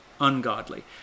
ungodly